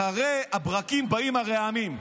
אחרי הברקים באים הרעמים,